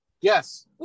Yes